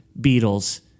Beatles